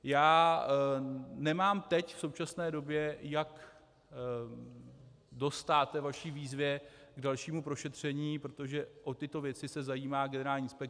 Já nemám teď, v současné době, jak dostát vaší výzvě k dalšímu prošetření, protože o tyto věci se zajímá generální inspekce.